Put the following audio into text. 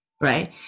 Right